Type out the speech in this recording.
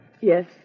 Yes